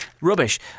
rubbish